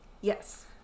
yes